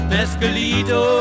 Mescalito